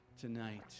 tonight